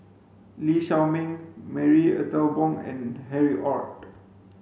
Lee Shao Meng Marie Ethel Bong and Harry Ord